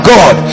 God